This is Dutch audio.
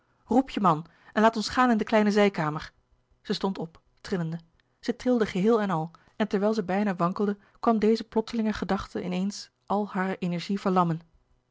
roep je man en laat ons gaan in de kleine zijkamer louis couperus de boeken der kleine zielen zij stond op trillende zij trilde geheel en al en terwijl zij bijna wankelde kwam deze plotselinge gedachte in eens al hare energie